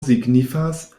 signifas